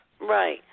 Right